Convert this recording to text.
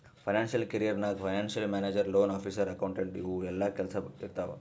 financial career ನಾಗ್ financial manager, loan officer, accountant ಇವು ಎಲ್ಲಾ ಕೆಲ್ಸಾ ಇರ್ತಾವ್